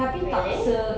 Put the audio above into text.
really